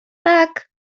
tak